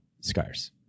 Scars